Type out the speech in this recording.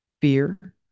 fear